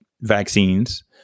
vaccines